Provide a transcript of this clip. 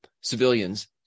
civilians